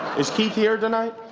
is keith here, tonight?